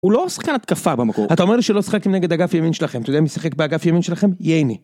הוא לא שחקן התקפה במקור. אתה אומר שהוא לא שחק כנגד אגף ימין שלכם, אתה יודע מי שיחק באגף ימין שלכם? ייני.